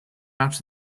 out